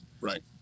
right